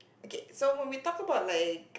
okay so when we talk about like